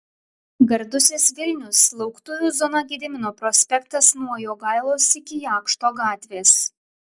gardusis vilnius lauktuvių zona gedimino prospektas nuo jogailos iki jakšto gatvės